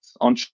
on